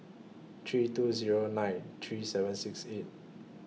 three two Zero nine three seven six eight